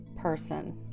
person